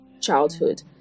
childhood